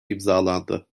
imzalandı